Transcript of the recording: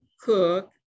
cook